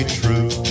true